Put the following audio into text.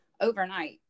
overnight